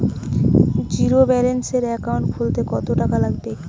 জিরোব্যেলেন্সের একাউন্ট খুলতে কত টাকা লাগবে?